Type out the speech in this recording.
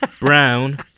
Brown